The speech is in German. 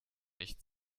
nicht